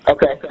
Okay